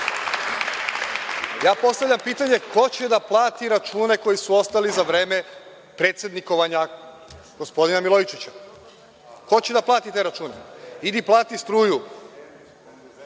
postavljam pitanje, ko će da plati račune koji su ostali za vreme predsednikovanja gospodina Milojičića. Ko će da plati te račune? Idi plati struju.